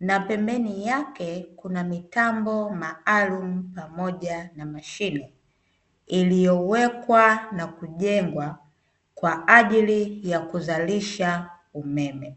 Na pembeni yake kuna mitambo maalumu pamoja na mashine, iliyowekwa na kujengwa kwa ajili ya kuzalisha umeme.